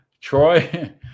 Troy